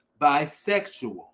bisexual